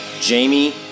Jamie